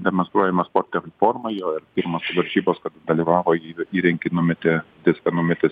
demonstruojamas sporte forma jo ir pirmos varžybos kad dalyvavo jį įrankį numetė diską numetė